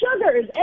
sugars